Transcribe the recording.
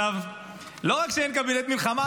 לא רק שאין קבינט מלחמה,